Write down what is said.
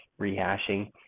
rehashing